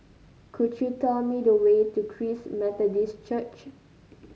could you tell me the way to Christ Methodist Church